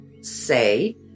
say